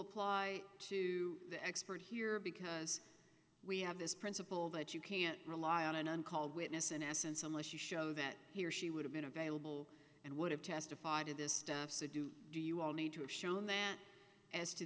apply to the expert here because we have this principle that you can't rely on an uncalled witness in essence unless you show that he or she would have been available and would have testified to this staff seduce do you all need to have shown that as to